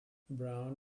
brown